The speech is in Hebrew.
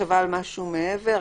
מחשבה על משהו מעבר,